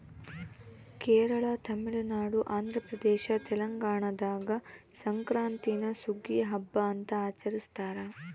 ಕೇರಳ ತಮಿಳುನಾಡು ಆಂಧ್ರಪ್ರದೇಶ ತೆಲಂಗಾಣದಾಗ ಸಂಕ್ರಾಂತೀನ ಸುಗ್ಗಿಯ ಹಬ್ಬ ಅಂತ ಆಚರಿಸ್ತಾರ